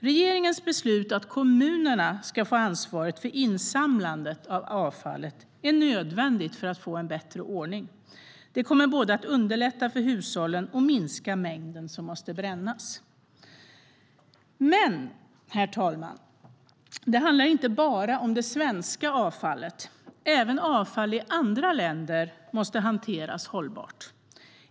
Regeringens beslut att kommunerna ska få ansvaret för insamlandet av avfallet är nödvändigt för att få en bättre ordning. Det kommer både att underlätta för hushållen och minska mängden som måste brännas. Herr talman! Det handlar inte bara om det svenska avfallet. Även avfall i andra länder måste hanteras hållbart.